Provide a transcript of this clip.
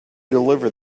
deliver